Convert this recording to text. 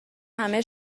همه